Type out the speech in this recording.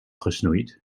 gesnoeid